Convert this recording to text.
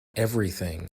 everything